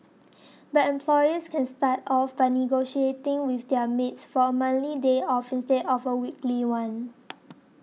but employers can start off by negotiating with their maids for a monthly day off instead of a weekly one